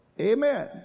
Amen